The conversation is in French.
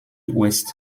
ouest